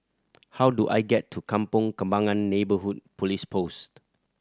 how do I get to Kampong Kembangan Neighbourhood Police Post